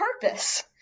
purpose